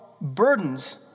burdens